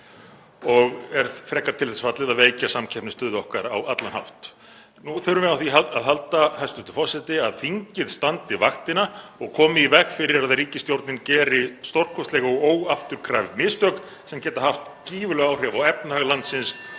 og er frekar til þess fallin að veikja samkeppnisstöðu okkar á allan hátt. Nú þurfum við á því að halda, hæstv. forseti, að þingið standi vaktina og komi í veg fyrir að ríkisstjórnin geri stórkostleg og óafturkræf mistök sem geta haft gífurleg áhrif á efnahag landsins